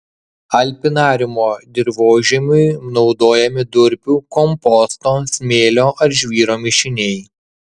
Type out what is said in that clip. alpinariumo dirvožemiui naudojami durpių komposto smėlio ar žvyro mišiniai